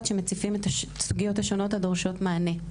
שמציפים את הסוגיות השונות הדורשות מענה.